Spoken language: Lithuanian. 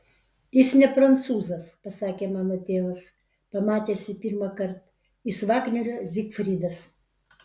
jis ne prancūzas pasakė mano tėvas pamatęs jį pirmąkart jis vagnerio zygfridas